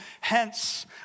Hence